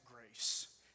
grace